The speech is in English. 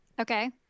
Okay